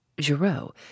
Giraud